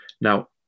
Now